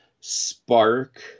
spark